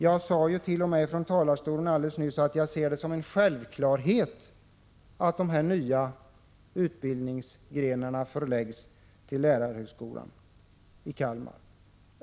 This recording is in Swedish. Jag sade t.o.m. alldeles nyss från talarstolen att jag ser det som en självklarhet att de nya utbildningsgrenarna förläggs till lärarhögskolan i Kalmar.